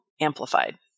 amplified